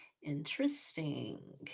Interesting